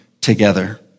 together